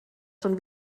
schon